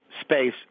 space